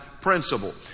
principle